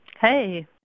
Hey